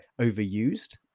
overused